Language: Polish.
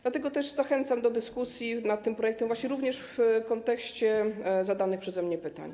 Dlatego też zachęcam do dyskusji nad tym projektem, również w kontekście zadanych przeze mnie pytań.